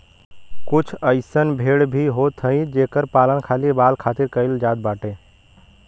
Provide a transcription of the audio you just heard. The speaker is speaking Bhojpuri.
कुछ अइसन भेड़ भी होत हई जेकर पालन खाली बाल खातिर कईल जात बाटे